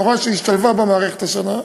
מורה שהשתלבה במערכת השנה,